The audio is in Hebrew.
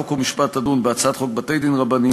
חוק ומשפט תדון בהצעת חוק בתי-דין רבניים